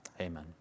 Amen